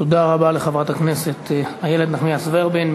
תודה רבה לחברת הכנסת איילת נחמיאס ורבין.